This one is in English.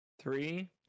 Three